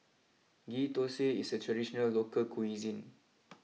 Ghee Thosai is a traditional local cuisine